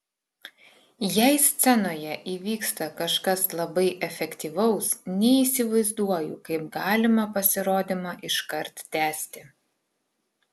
jei scenoje įvyksta kažkas labai efektyvaus neįsivaizduoju kaip galima pasirodymą iškart tęsti